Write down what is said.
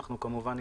כמובן,